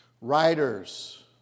Writers